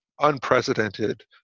unprecedented